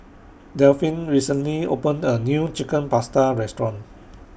Delphine recently opened A New Chicken Pasta Restaurant